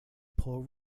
pull